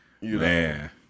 Man